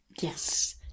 Yes